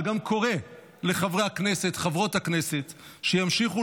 וגם קורא לחברי הכנסת וחברות הכנסת שימשיכו